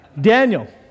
Daniel